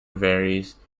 varies